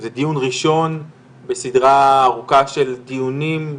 זה דיון ראשון בסדרה ארוכה של דיונים,